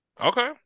Okay